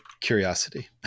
curiosity